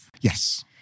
Yes